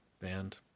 band